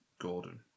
Gordon